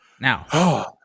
Now